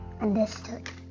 understood